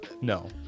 No